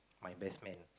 my best man